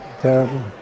Terrible